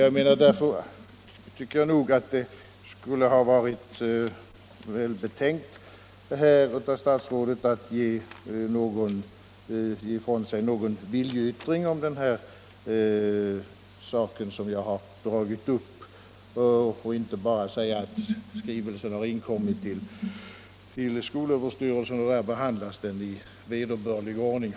Mot denna bakgrund tycker jag att det skulle ha varit välbetänkt av statsrådet att här ge ifrån sig någon viljeyttring om den sak som jag har dragit upp och inte bara säga att skrivelsen har inkommit till skol överstyrelsen och där behandlas i vederbörlig ordning.